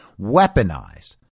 weaponized